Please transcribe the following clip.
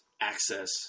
access